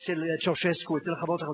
ואצל צ'אושסקו, בחברות אחרות.